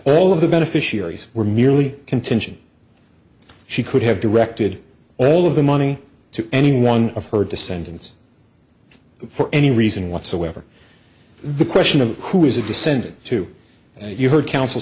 all of the beneficiaries were merely contention she could have directed all of the money to any one of her descendants for any reason whatsoever the question of who is a descendant to and you heard coun